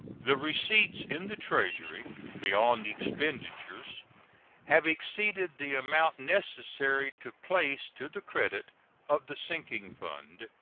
the receipts in the treasury beyond expenditures have exceeded the amount necessary to place to the credit of the sinking fund,